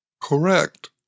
Correct